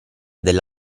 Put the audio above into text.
delle